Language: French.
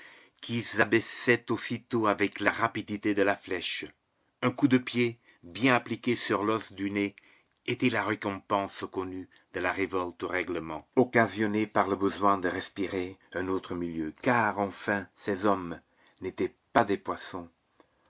qui s'abaissaient aussitôt avec la rapidité de la flèche un coup de pied bien appliqué sur l'os du nez était la récompense connue de la révolte au règlement occasionnée par le besoin de respirer un autre milieu car enfin ces hommes n'étaient pas des poissons